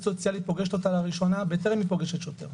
סוציאלית פוגשת אותה לראשונה בטרם היא פוגשת שוטר.